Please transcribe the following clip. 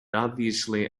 obviously